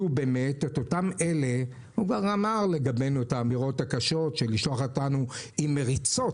שהוא כבר אמר לגבינו את האמירות הקשות של לשלוח אותנו עם מריצות.